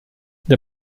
the